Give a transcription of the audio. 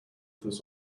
this